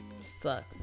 Sucks